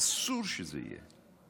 אסור שזה יהיה.